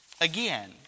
again